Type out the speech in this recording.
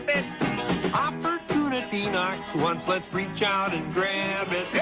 opportunity knocks once let's reach out and grab it.